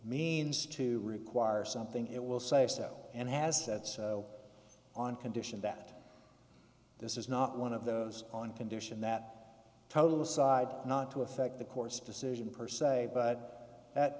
means to require something it will say so and has said so on condition that this is not one of those on condition that total side not to affect the course decision per se but that